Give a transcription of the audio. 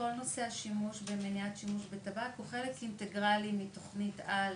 כל נושא השימוש ומניעת שימוש בטבק הוא חלק אינטגרלי מתוכנית על,